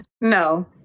No